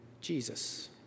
Jesus